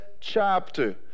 chapter